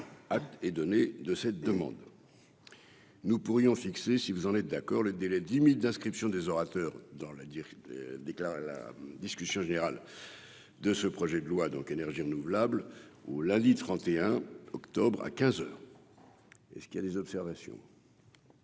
tu et données de cette demande. Nous pourrions fixer si vous en êtes d'accord, le délai 10 minutes d'inscription des orateurs dans la dire, déclare la discussion générale de ce projet de loi donc énergies renouvelables ou lundi 31 octobre à 15 heures et ce qu'il y a des observations.